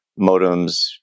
modems